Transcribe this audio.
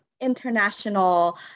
international